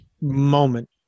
moment